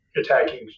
attacking